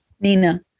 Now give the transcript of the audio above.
Nina